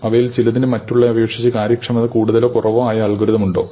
അവയിൽ ചിലതിന് മറ്റുള്ളവയെ അപേക്ഷിച്ച് കാര്യക്ഷമത കൂടുതലോ കുറവോ ആയ അൽഗോരിതം ഉണ്ടോ